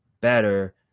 better